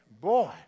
Boy